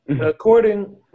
According